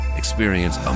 Experience